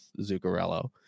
Zuccarello